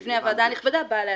בפני הוועדה הנכבדה בא להסדיר.